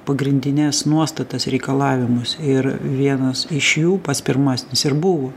pagrindines nuostatas reikalavimus ir vienas iš jų pats pirmasis ir buvo